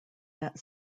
that